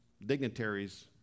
dignitaries